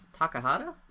takahata